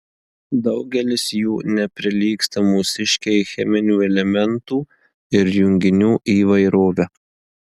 daugelis jų neprilygsta mūsiškei cheminių elementų ir junginių įvairove